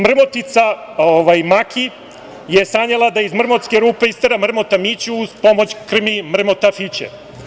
Mrmotica Maki je sanjala da iz mrmotske rupe istera mrmota Miću uz pomoć krmi mrmota Fiće.